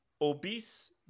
Obese